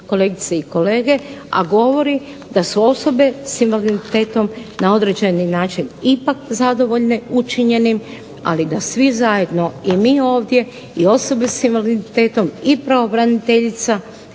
kolegice i kolege, a govori da su osobe s invaliditetom na određeni način ipak zadovoljne učinjenim, ali da svi zajedno i mi ovdje i osobe s invaliditetom i pravobraniteljica,